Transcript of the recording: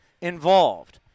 involved